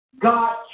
god